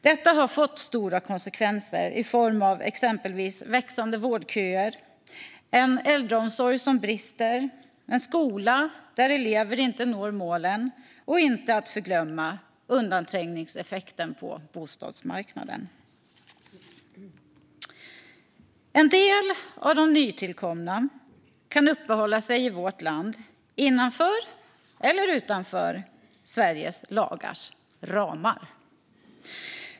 Detta har fått stora konsekvenser i form av exempelvis växande vårdköer, en äldreomsorg som brister, en skola där elever inte når målen och, inte att förglömma, en undanträngningseffekt på bostadsmarknaden. En del av de nytillkomna kan uppehålla sig i vårt land innanför eller utanför Sveriges lagars ramar.